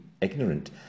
ignorant